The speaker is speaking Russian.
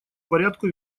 порядку